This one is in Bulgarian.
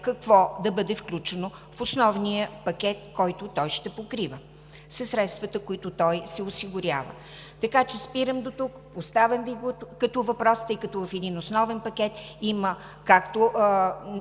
какво да бъде включено в основния пакет, който ще покрива със средствата, на които се осигурява? Спирам дотук. Поставям Ви го като въпрос, тъй като в един основен пакет има както